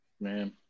man